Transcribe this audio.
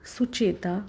Sucheta